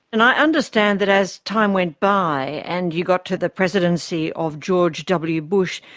and i understand that as time went by and you got to the presidency of george w bush,